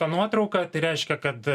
tą nuotrauką tai reiškia kad